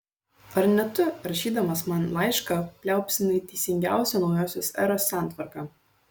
ar ne tu rašydamas man laišką liaupsinai teisingiausią naujosios eros santvarką